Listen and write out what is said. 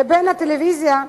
לבין הטלוויזיה,